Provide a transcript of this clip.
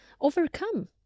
overcome